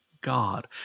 God